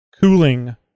cooling